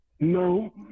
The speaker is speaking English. no